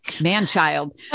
man-child